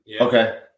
Okay